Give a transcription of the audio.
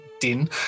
Din